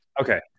okay